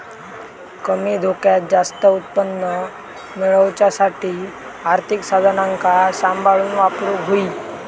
कमी धोक्यात जास्त उत्पन्न मेळवच्यासाठी आर्थिक साधनांका सांभाळून वापरूक होई